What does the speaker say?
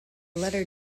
letter